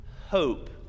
hope